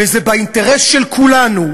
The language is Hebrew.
וזה באינטרס של כולנו,